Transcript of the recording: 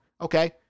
okay